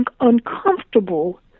uncomfortable